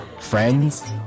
friends